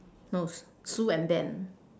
no s~ sue and ben